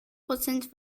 prozent